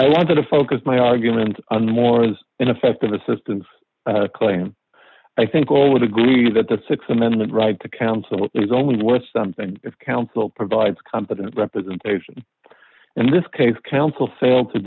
i wanted to focus my argument on more as ineffective assistance claim i think all would agree that the th amendment right to counsel is only worth something if counsel provides competent representation in this case counsel failed to